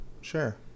Sure